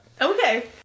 Okay